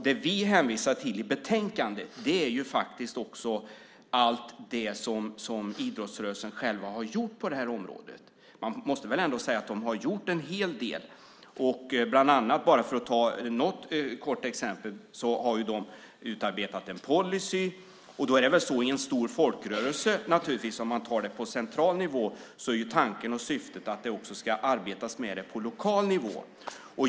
Det vi hänvisar till i betänkandet är faktiskt också allt det som idrottsrörelsen själv har gjort på det här området. Man måste ändå säga att de har gjort en hel del. De har bland annat, bara för att ta ett exempel, utarbetat en policy. I en stor folkrörelse, om man tar det på central nivå, är naturligtvis tanken och syftet att man också ska arbeta med det på lokal nivå.